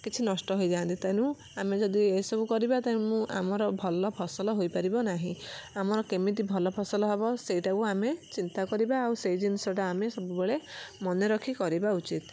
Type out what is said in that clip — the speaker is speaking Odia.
କିଛି ନଷ୍ଟ ହେଇଯାନ୍ତି ତେଣୁ ଆମେ ଯଦି ଏ ସବୁ କରିବା ତେଣୁ ମୁଁ ଆମର ଭଲ ଫସଲ ହୋଇପାରିବ ନାହିଁ ଆମର କେମିତି ଭଲ ଫସଲ ହବ ସେଇଟାକୁ ଆମେ ଚିନ୍ତା କରିବା ଆଉ ସେଇ ଜିନିଷଟା ଆମେ ସବୁବେଳେ ମନେରଖି କରିବା ଉଚିତ